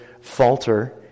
falter